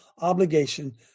obligation